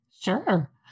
Sure